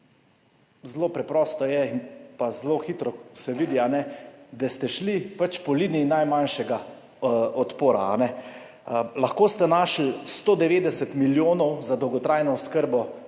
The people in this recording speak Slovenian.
zelo preprosto je pa, zelo hitro se vidi, da ste šli pač po liniji najmanjšega odpora. Lahko ste našli 190 milijonov za dolgotrajno oskrbo